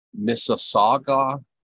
Mississauga